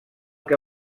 que